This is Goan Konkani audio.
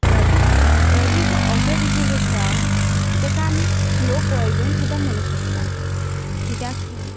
रॅबीज रॅबीज हो असो डिसीज आसा तेका आमी स्लो पॉयजन सुद्दा म्हणू शकता कित्याक की